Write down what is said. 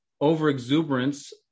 over-exuberance